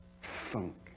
funk